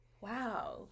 Wow